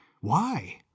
why